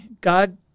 God